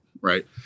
right